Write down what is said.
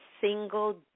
single